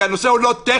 כי הנושא הוא לא טכני,